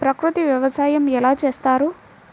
ప్రకృతి వ్యవసాయం ఎలా చేస్తారు?